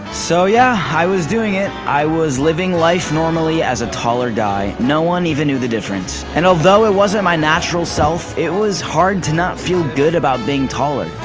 so yeah, i was doing it! i was living life normally as a taller guy. no one even knew the difference. and although it wasn't my natural self, it was hard to not feel good about being taller.